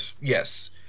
Yes